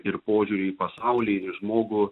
ir požiūrį į pasaulį į žmogų